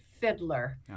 fiddler